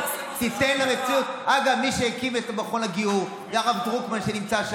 תיתן למציאות, אף אחד לא נכנס לנושא של